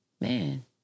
man